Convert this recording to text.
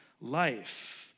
life